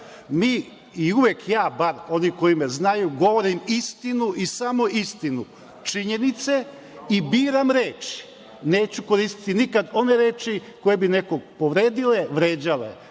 Mi, i uvek ja, bar oni koji me znaju, govorim istinu i samo istinu, činjenice i biram reči. Neću koristiti nikad one reči koje bi nekoga povredile, vređale. Tako